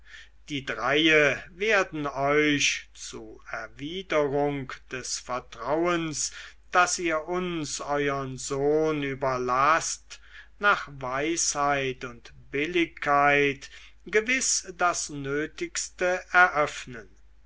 die dreie werden euch zu erwiderung des vertrauens daß ihr uns euren sohn überlaßt nach weisheit und billigkeit gewiß das nötigste eröffnen